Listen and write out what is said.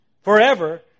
forever